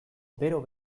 bero